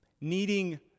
needing